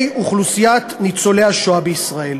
כלפי אוכלוסיית ניצולי השואה בישראל.